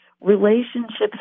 relationships